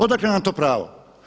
Odakle nam to pravo.